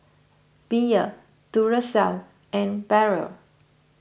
Bia Duracell and Barrel